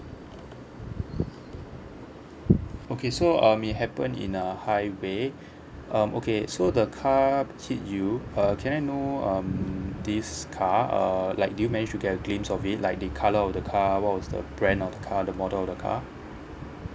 okay so um it happen in a highway um okay so the car hit you uh can I know um this car err like did you manage to get a glimpse of it like the colour of the car what was the brand of the car the model of the car